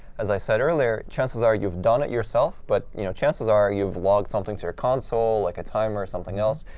as i said earlier, chances are you've done it yourself. but you know chances are, you've logged something to your console, like a timer or something else,